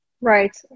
Right